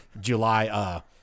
July